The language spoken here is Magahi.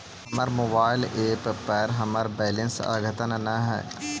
हमर मोबाइल एप पर हमर बैलेंस अद्यतन ना हई